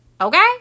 okay